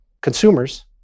consumers